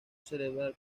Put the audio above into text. cerebral